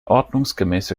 ordnungsgemäße